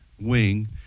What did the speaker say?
wing